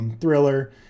thriller